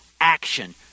action